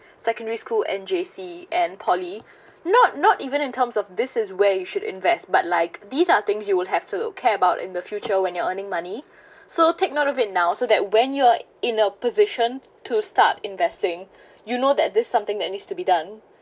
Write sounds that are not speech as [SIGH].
secondary school and J_C and poly [BREATH] not not even in terms of this is where you should invest but like these are things you will have to care about in the future when you're earning money [BREATH] so take note of it now so that when you're in a position to start investing [BREATH] you know that this something that needs to be done